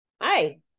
Hi